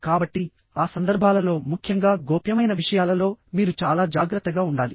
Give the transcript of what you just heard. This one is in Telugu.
కాబట్టి ఆ సందర్భాలలో ముఖ్యంగా గోప్యమైన విషయాలలో మీరు చాలా జాగ్రత్తగా ఉండాలి